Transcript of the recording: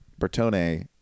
Bertone